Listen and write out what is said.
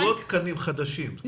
זה לא תקנים חדשים.